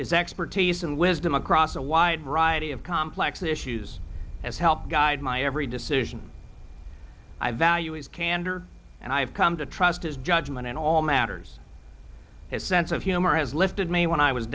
is expertise and wisdom across a wide variety of complex issues has helped guide my every decision i value his candor and i have come to trust his judgment in all matters his sense of humor has lifted me when i was